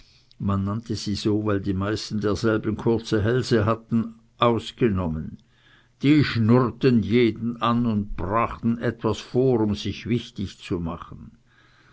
man nannte sie so weil die meisten derselben kurze hälse hatten ausgenommen die schnurrten jeden an und brachten etwas vor um sich wichtig zu machen